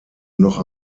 noch